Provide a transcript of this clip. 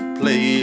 play